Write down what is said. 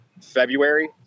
February